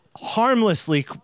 harmlessly